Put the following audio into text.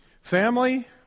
family